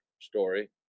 story